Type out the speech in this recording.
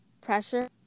pressure